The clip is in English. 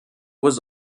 was